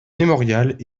mémorial